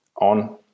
on